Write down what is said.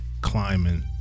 climbing